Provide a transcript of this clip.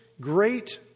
great